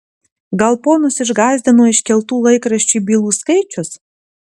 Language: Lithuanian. gal ponus išgąsdino iškeltų laikraščiui bylų skaičius